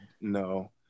no